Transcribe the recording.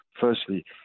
firstly